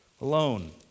alone